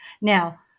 Now